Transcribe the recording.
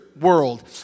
world